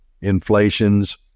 inflation's